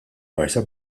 marsa